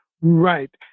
Right